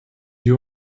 you